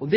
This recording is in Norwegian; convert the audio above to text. ut.